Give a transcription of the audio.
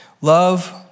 Love